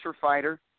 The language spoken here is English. fighter